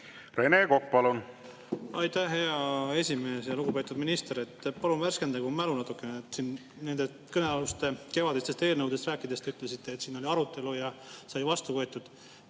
Rene Kokk, palun! Aitäh, hea esimees! Lugupeetud minister! Palun värskendage mu mälu natukene. Nendest kõnealustest kevadistest eelnõudest rääkides te ütlesite, et siin oli arutelu ja need said vastu võetud.